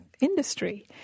industry